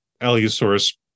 Allosaurus